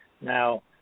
Now